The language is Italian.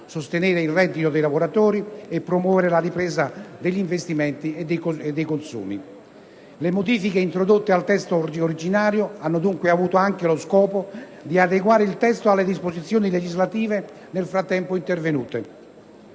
sostenere il reddito dei lavoratori e promuovere la ripresa degli investimenti e dei consumi. Le modifiche introdotte al testo originario hanno dunque avuto anche lo scopo di adeguare il testo alle disposizioni legislative nel frattempo intervenute.